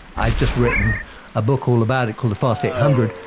i've just written a book all about it called the fast eight hundred,